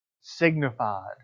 signified